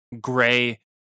gray